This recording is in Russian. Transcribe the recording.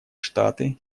штаты